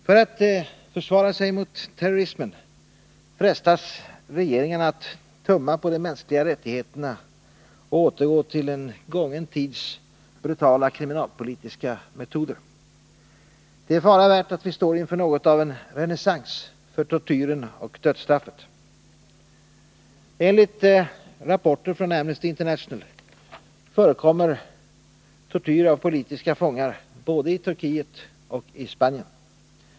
För att försvara sig mot terrorismen frestas regeringarna att tumma på de mänskliga rättigheterna och återgå till en gången tids brutala kriminalpolitiska metoder. Det är fara värt att vi står inför något av en renässans för tortyren och dödsstraffet. Enligt rapporter från Amnesty International förekommer tortyr av politiska fångar både i Turkiet och i Spanien.